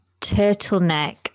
turtleneck